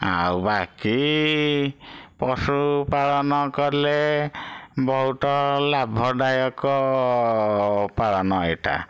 ଆଉ ବାକି ପଶୁପାଳନ କଲେ ବହୁତ ଲାଭଦାୟକ ପାଳନ ଏଇଟା